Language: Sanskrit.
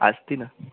अस्ति न